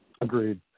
Agreed